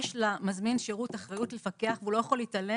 יש למזמין שירות אחריות לפקח והוא לא יכול להתעלם